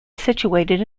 situated